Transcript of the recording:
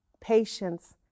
patience